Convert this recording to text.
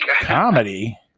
Comedy